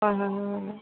হয় হয় হয়